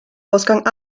ausgang